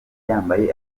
yambaye